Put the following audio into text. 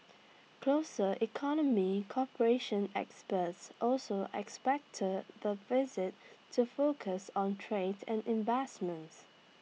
closer economy cooperation experts also expect the visit to focus on trade and investments